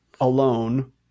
alone